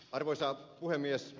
arvoisa puhemies